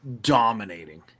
dominating